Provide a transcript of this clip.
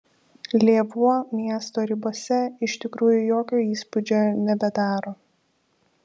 lėvuo miesto ribose iš tikrųjų jokio įspūdžio nebedaro